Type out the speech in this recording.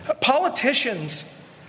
Politicians